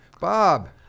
Bob—